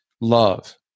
love